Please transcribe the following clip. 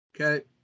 Okay